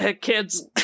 kids